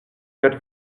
get